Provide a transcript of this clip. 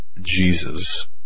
Jesus